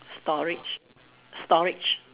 storage storage